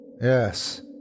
Yes